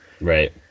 Right